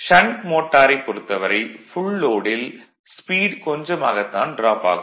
shunt மோட்டாரைப் பொறுத்தவரை full லோடில் ஸ்பீட் கொஞ்சமாகத்தான் டிராப் ஆகும்